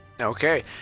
Okay